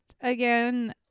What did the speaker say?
again